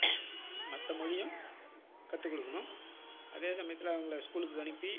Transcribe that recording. மற்ற மொழியும் கற்றுக்கொடுக்கணும் அதே சமயத்தில அவங்களை ஸ்கூலுக்கு அனுப்பி